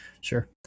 Sure